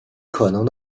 可能